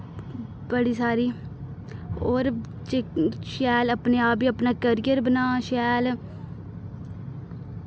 बड़ी सारी और जे शैल अपने आप ई अपना करियर बनां शैल